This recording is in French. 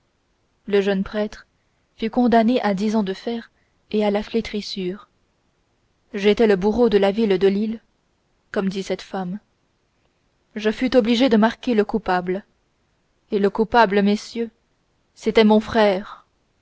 le jeune prêtre fut condamné à dix ans de fers et à la flétrissure j'étais le bourreau de la ville de lille comme dit cette femme je fus obligé de marquer le coupable et le coupable messieurs c'était mon frère